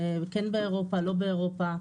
כן באירופה לא באירופה,